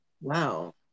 Wow